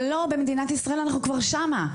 אבל לא, במדינת ישראל אנחנו כבר שם.